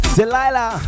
Delilah